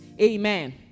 Amen